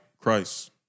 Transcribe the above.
Christ